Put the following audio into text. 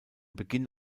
beginn